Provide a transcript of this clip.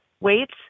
weights